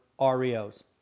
reos